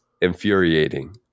infuriating